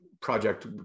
project